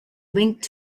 linked